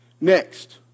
Next